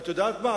ואת יודעת מה?